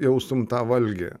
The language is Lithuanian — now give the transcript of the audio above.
jaustum tą valgį